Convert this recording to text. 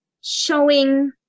showing